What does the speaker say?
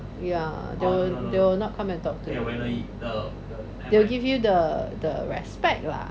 ya they will not come and talk to you they will give you the the respect lah